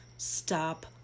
Stop